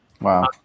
Wow